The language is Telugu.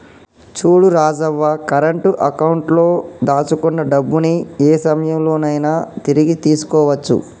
చూడు రాజవ్వ కరెంట్ అకౌంట్ లో దాచుకున్న డబ్బుని ఏ సమయంలో నైనా తిరిగి తీసుకోవచ్చు